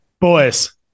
Boys